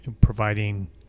providing